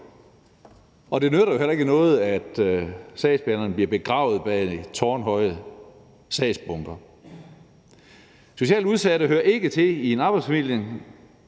og det nytter heller ikke noget, at sagsbehandlerne bliver begravet bag tårnhøje sagsbunker. Socialt udsatte hører ikke til i en arbejdsformidling.